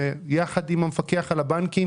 שביחד עם המפקח על הבנקים,